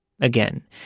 Again